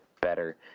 better